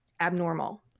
abnormal